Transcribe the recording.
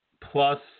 plus